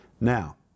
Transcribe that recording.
Now